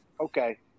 okay